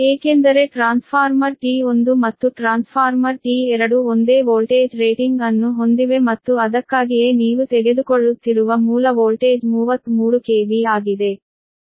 ಏಕೆಂದರೆ transformer T1 ಮತ್ತು transformer T2 ಒಂದೇ ವೋಲ್ಟೇಜ್ ರೇಟಿಂಗ್ ಅನ್ನು ಹೊಂದಿವೆ ಮತ್ತು ಅದಕ್ಕಾಗಿಯೇ ನೀವು ತೆಗೆದುಕೊಳ್ಳುತ್ತಿರುವ ಮೂಲ ವೋಲ್ಟೇಜ್ 33 KV ಆಗಿದೆ